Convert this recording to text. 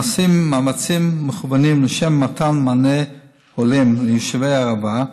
נעשים מאמצים מכֻוונים לשם מתן מענה הולם ליישובי הערבה,